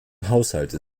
haushalte